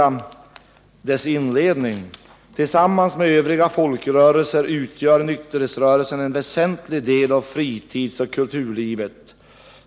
I dess inledning står: ”Tillsammans med övriga folkrörelser utgör nykterhetsrörelsen en väsentlig del av fritidsoch kulturlivet.